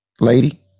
lady